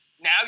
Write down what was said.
now